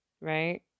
right